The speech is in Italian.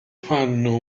fanno